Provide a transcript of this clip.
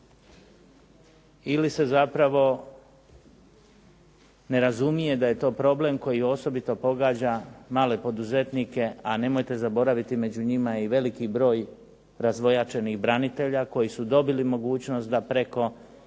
ili se zapravo ne razumije da je to problem koji osobito pogađa male poduzetnike a nemojte zaboraviti među njima i i veliki broj razvojačenih branitelja koji su dobili mogućnost da preko